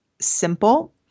simple